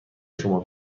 شما